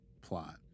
plot